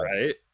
right